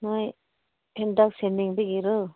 ꯅꯣꯏ ꯍꯦꯟꯇꯥꯛ ꯁꯦꯝꯅꯤꯡꯕꯒꯤꯔꯣ